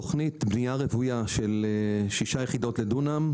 תוכנית בנייה רוויה של 6 יחידות לדונם,